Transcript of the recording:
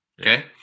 Okay